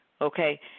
okay